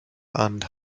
and